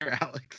alex